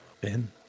Ben